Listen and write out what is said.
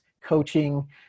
coaching